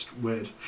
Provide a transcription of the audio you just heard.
Weird